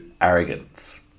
arrogance